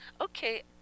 Okay